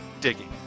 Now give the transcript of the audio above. Digging